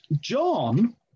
john